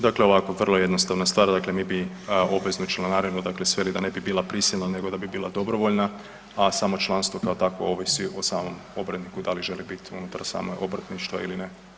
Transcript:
Dakle ovako vrlo jednostavno stvar, mi bi obveznu članarinu dakle sveli da ne bi bila prisilna nego da bi bila dobrovoljna, a samo članstvo kao takvo ovisi o samom obrtniku da li želi biti unutar samog obrtništva ili ne.